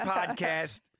podcast